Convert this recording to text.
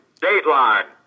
Dateline